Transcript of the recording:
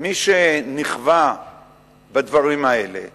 מי שנכווה בדברים האלה צריך,